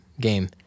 game